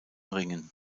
ringen